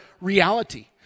reality